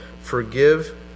Forgive